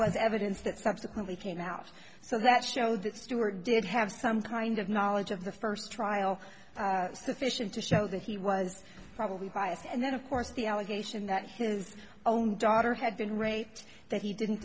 was evidence that subsequently came out so that showed that stewart did have some kind of knowledge of the first trial sufficient to show that he was probably biased and that of course the allegation that his own daughter had been raped that he didn't